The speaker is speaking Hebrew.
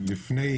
לפני